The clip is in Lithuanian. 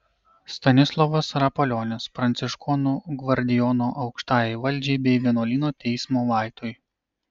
stanislovas rapolionis pranciškonų gvardijono aukštajai valdžiai bei vienuolyno teismo vaitui